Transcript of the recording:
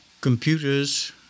computers